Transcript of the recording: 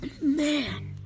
man